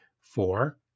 Four